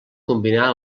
combinar